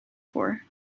for